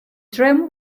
tram